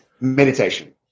meditation